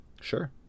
Sure